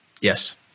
yes